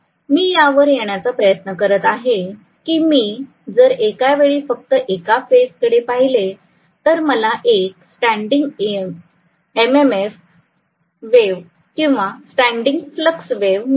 मी यावर येण्याचा प्रयत्न करत आहे की मी जर एकावेळी फक्त एका फेज कडे पाहिले तर मला एक standing M M F wave किंवा स्टँडिंग फ्लक्स वेव्ह मिळते